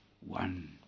one